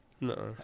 No